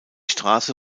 straße